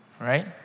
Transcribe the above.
right